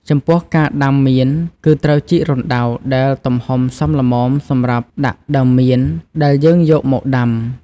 ចំពោះការដាំមៀន គឺត្រូវជីករណ្តៅដែលទំហំសមល្មមសម្រាប់ដាក់ដើមមានដែលយើងយកមកដាំ។